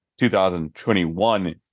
2021